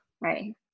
right